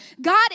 God